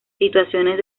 situaciones